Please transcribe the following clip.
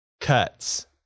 cuts